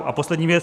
A poslední věc.